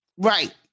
Right